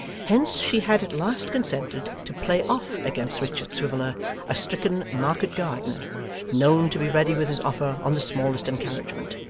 hence she had at last consented to play off against richard swiveller a stricken market-gardner known to be ready with his offer on the smallest encouragement,